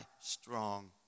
strong